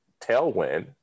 tailwind